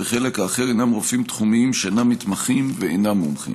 וחלק אחר הם רופאים תחומיים שאינם מתמחים ואינם מומחים.